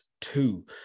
two